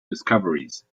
discoveries